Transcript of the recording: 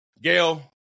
Gail